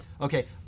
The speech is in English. Okay